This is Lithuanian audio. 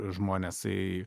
žmonės į